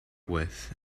with